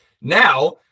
Now